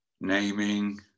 naming